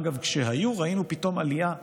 אגב, כשהיו, ראינו פתאום עלייה בעלייה.